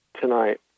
tonight